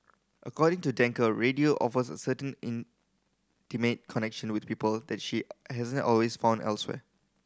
according to Danker radio offers a certain intimate connection with people that she hasn't always found elsewhere